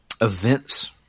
events